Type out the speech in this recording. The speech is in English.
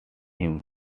him